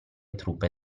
truppe